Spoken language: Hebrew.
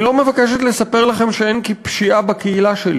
אני לא מבקשת לספר לכם שאין פשיעה בקהילה שלי.